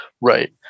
Right